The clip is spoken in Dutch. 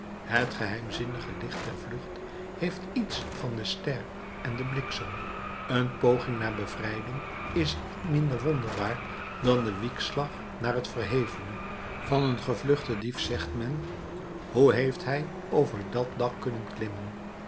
het geheimzinnig licht der vlucht heeft iets van de ster en den bliksem een poging naar bevrijding is niet minder wonderbaar dan de wiekslag naar het verhevene van een gevluchten dief zegt men hoe heeft hij over dat dak kunnen klimmen